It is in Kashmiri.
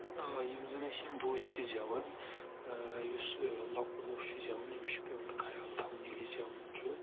آ یِم زَن أسۍ یِم ووٚش چھِ زؠوان یُس لۄکُٹ ووٚش چھِ زؠوَان أمِس چھُ پؠوان خیال تھاوُن ییٚلہِ زؠوان چھُ